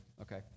okay